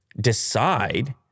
decide